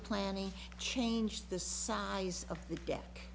planning change the size of the de